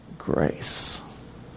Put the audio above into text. Grace